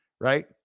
right